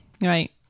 Right